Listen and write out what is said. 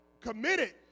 committed